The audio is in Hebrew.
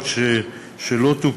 התשע"ו 2016,